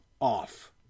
off